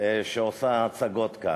שעושה הצגות כאן.